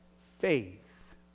Faith